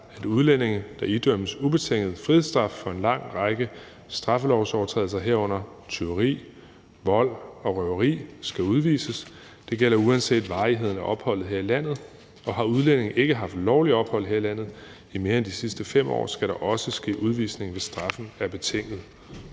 at udlændinge, der idømmes en ubetinget frihedsstraf for en lang række straffelovsovertrædelser, herunder tyveri, vold og røveri, skal udvises. Det gælder uanset varigheden af opholdet her i landet, og har udlændingen ikke haft lovligt ophold her i landet i mere end de sidste 5 år, skal der også ske udvisning, hvis straffen er betinget.